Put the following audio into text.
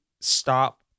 stop